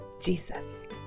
Jesus